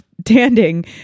standing